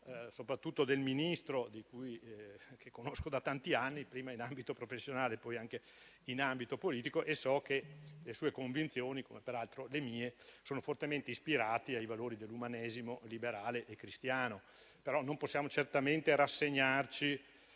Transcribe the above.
soprattutto del Ministro, che conosco da tanti anni, prima in ambito professionale e poi anche in ambito politico, quindi so che le sue convinzioni, come peraltro le mie, sono fortemente ispirate ai valori dell'umanesimo liberale e cristiano. Non possiamo però certamente rassegnarci